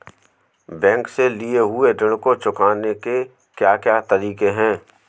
Bank से लिए हुए ऋण को चुकाने के क्या क्या तरीके हैं?